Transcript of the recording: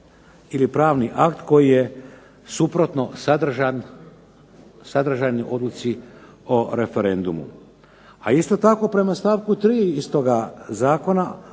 ili pravni akt koji je suprotno sadržan odluci o referendumu. A isto tako prema stavku 3. istoga zakona